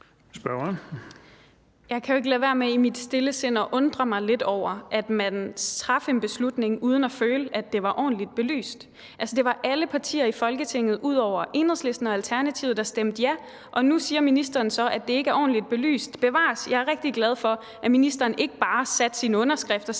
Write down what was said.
Jeg kan jo ikke lade være med i mit stille sind at undre mig lidt over, at man traf en beslutning uden at føle, at det var ordentligt belyst. Altså, det var alle partier i Folketinget undtagen Enhedslisten og Alternativet, der stemte ja, og nu siger ministeren så, at det ikke var ordentligt belyst. Bevares – jeg er rigtig glad for, at ministeren ikke bare satte sin underskrift